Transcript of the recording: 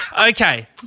Okay